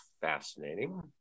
fascinating